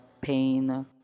pain